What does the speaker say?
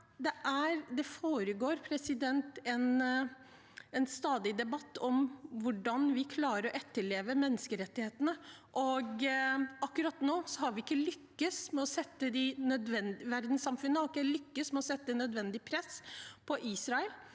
det foregår en stadig debatt om hvordan vi klarer å etterleve menneskerettighetene, og akkurat nå har ikke verdenssamfunnet lykkes med å sette nødvendig press på Israel.